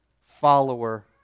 follower